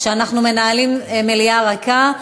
אנחנו מנהלים מליאה ריקה.